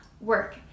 work